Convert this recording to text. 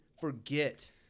forget